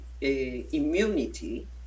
immunity